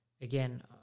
again